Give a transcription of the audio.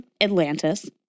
Atlantis